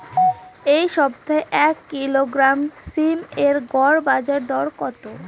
এই সপ্তাহে এক কিলোগ্রাম সীম এর গড় বাজার দর কত?